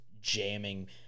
jamming